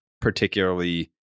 particularly